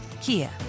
Kia